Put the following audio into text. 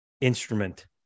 instrument